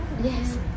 yes